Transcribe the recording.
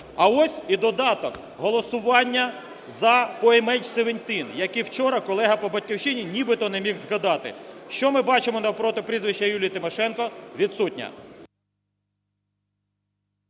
А ось і додаток голосування по МН17, який вчора колега по "Батьківщині" нібито не міг згадати. Що ми бачимо навпроти прізвища Юлії Тимошенко? Відсутня.